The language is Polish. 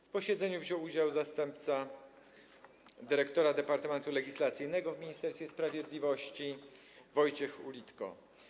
W posiedzeniu wziął udział zastępca dyrektora Departamentu Legislacyjnego w Ministerstwie Sprawiedliwości Wojciech Ulitko.